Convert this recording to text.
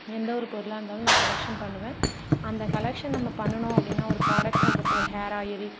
எந்த ஒரு பொருளாக இருந்தாலும் நான் கலெக்ஷன் பண்ணுவேன் அந்த கலெக்ஷன் நம்ம பண்ணுனோம் அப்படினா ஒரு புராக்ட் நம்ம இப்போ ஒரு ஹேர் ஆயில்